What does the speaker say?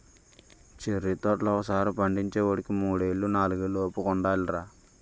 cherry తోటలు ఒకసారి పండించేవోడికి మూడేళ్ళు, నాలుగేళ్ళు ఓపిక ఉండాలిరా